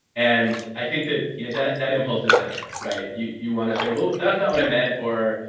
and i think that, you know that that impulse is there, right? you you want to say, well, that's not what i meant, or,